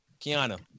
Kiana